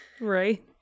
right